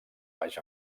baix